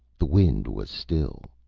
the wind was still,